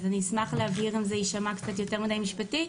אני אשמח להבהיר אם זה ישמע קצת יותר מדי משפטי,